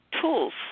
tools